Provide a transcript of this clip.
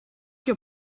your